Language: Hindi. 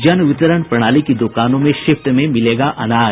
जन वितरण प्रणाली की दुकानों में शिफ्ट में मिलेगा अनाज